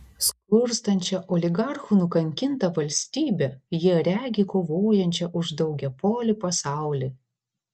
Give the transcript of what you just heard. skurstančią oligarchų nukankintą valstybę jie regi kovojančią už daugiapolį pasaulį